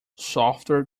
software